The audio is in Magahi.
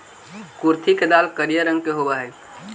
कुर्थी के दाल करिया रंग के होब हई